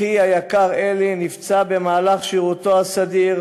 אחי היקר אלי נפצע במהלך שירותו הסדיר,